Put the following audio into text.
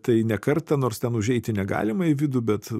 tai ne kartą nors ten užeiti negalima į vidų bet